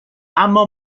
اما